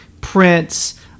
prince